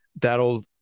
That'll